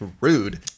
Rude